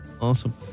Awesome